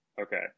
Okay